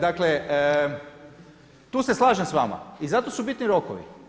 Dakle, tu se slažem s vama i zato su bitni rokovi.